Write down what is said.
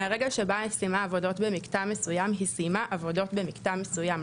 מהרגע שבו הסתיימו עבודות במקטע מסוים היא סיימה עבודות במקטע מסוים.